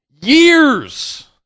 years